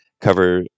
cover